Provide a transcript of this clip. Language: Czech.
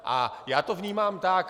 A já to vnímám tak.